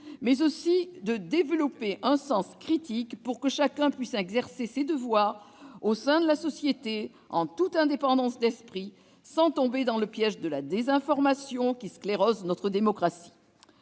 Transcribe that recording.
mais aussi de développer le sens critique, pour que chacun puisse exercer ses devoirs au sein de la société en toute indépendance d'esprit, sans tomber dans le piège de la désinformation, qui sclérose notre démocratie.